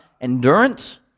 endurance